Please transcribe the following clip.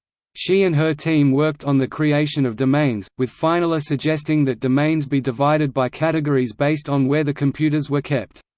she and her team worked on the creation of domains, with feinler suggesting that domains be divided by categories based on where the computers were kept.